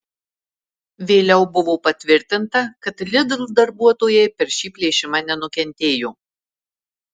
vėliau buvo patvirtinta kad lidl darbuotojai per šį plėšimą nenukentėjo